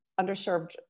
underserved